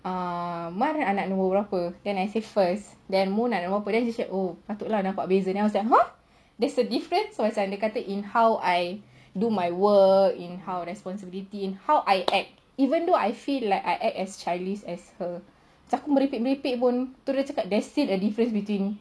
ah mar anak nombor berapa then I say first then mun berapa oh patut lah nampak beza then I was like !huh! there is a difference macam dia kata in how I do my work in how responsibility in how I act even though I feel like I act as childish as her macam aku merepek-merepek pun there is still a difference between